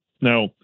Now